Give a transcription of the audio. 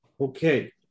Okay